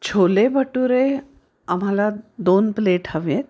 छोले भटुरे आम्हाला दोन प्लेट हवे आहेत